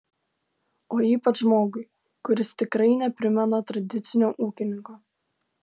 o ypač žmogui kuris tikrai neprimena tradicinio ūkininko